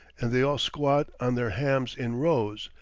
and they all squat on their hams in rows,